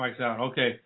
Okay